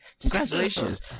Congratulations